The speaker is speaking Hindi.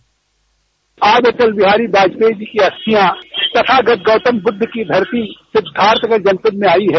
बाइट आज अटल बिहारी वाजपेई जी की अस्थियां तथागत गौतमबुद्ध की धरती सिद्वार्थनगर जनपद में आई है